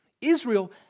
Israel